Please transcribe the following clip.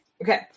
Okay